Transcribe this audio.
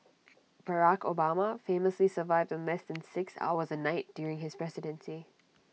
Barack Obama famously survived on less than six hours A night during his presidency